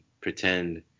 pretend